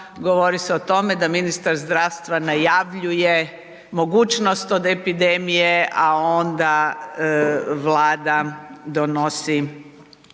govori se o tome da ministar zdravstva najavljuje mogućnost od epidemije, a onda Vlada donosi